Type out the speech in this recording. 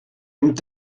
nimmt